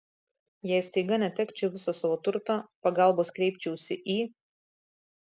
jei staiga netekčiau viso savo turto pagalbos kreipčiausi į